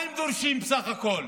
מה הם דורשים בסך הכול?